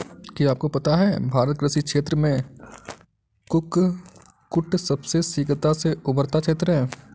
क्या आपको पता है भारत कृषि क्षेत्र में कुक्कुट सबसे शीघ्रता से उभरता क्षेत्र है?